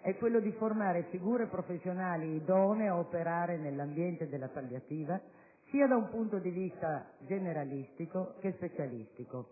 è quello di formare figure professionali idonee ad operare nell'ambiente della palliativa sia da un punto di vista generalistico che specialistico,